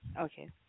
Okay